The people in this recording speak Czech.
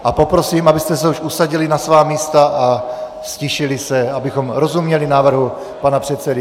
A poprosím, abyste se už usadili na svá místa a ztišili se, abychom rozuměli návrhu pana předsedy.